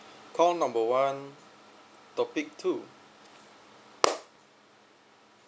call number one topic two